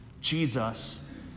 Jesus